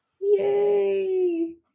yay